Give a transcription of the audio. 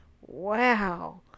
Wow